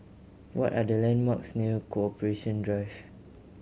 what are the landmarks near Corporation Drive